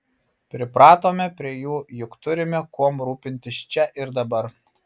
pripratome prie jų juk turime kuom rūpintis čia ir dabar